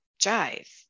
jive